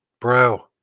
Bro